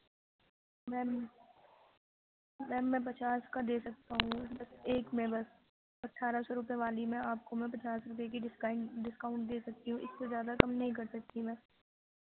میم ma'am میں پچاس کا دے سکتا ہوں بس ایک میں بس اٹھارہ سو روپیے والی میں آپ کو میں پچاس روپیے کی ڈسکاؤنٹ دے سکتی ہوں اِس سے زیادہ کم نہیں کر سکتی میں